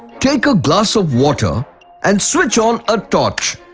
take a glass of water and switch on a torch.